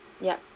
yup